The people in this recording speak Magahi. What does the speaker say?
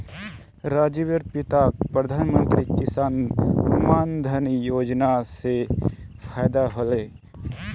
राजीवेर पिताक प्रधानमंत्री किसान मान धन योजना स फायदा ह ले